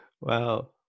Wow